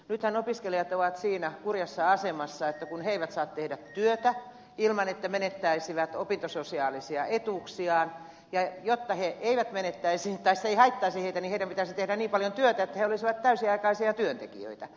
nythän opiskelijat ovat siinä kurjassa asemassa että kun he eivät saa tehdä työtä ilman että menettäisivät opintososiaalisia etuuksiaan ja jotta se ei haittaisi heitä niin heidän pitäisi tehdä niin paljon työtä että he olisivat täysiaikaisia työntekijöitä